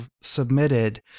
submitted